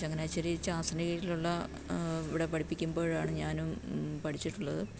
ചങ്ങനാശ്ശേരി ജാസിൻ്റെ കീഴിലുള്ള ഇവിടെ പഠിപ്പിക്കുമ്പോഴാണ് ഞാനും പഠിച്ചിട്ടുള്ളത്